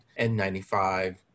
N95